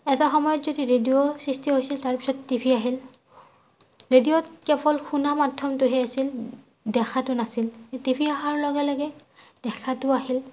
এটা সময়ত যদি ৰেডিঅ'ৰ সৃষ্টি হৈছিল ৰেডিঅ'ৰ পাছত টিভি আহিল ৰেডিঅ'ত কেৱল শুনা মাধ্যমটোহে আছিল দেখাটো নাছিল টিভি অহাৰ লগে লগে দেখাটো আহিল